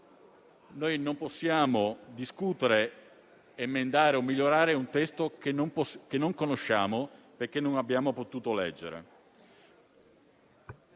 Noi non possiamo discutere, emendare o migliorare un testo che non conosciamo e non abbiamo potuto leggere.